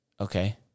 Okay